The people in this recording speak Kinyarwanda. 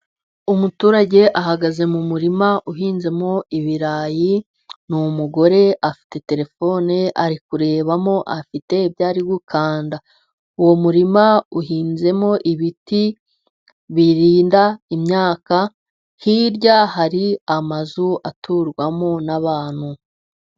Umuturage ahagaze mu murima uhinzemo ibirayi, ni umugore, afite terefone, ari kurebamo, afite ibyo ari gukanda. Uwo murima uhinzemo ibiti birinda imyaka, hirya hari amazu aturwamo n'abantu.